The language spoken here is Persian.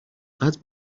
قدر